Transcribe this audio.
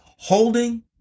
Holding